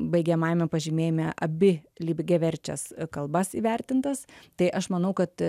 baigiamajame pažymėjime abi lygiaverčias kalbas įvertintas tai aš manau kad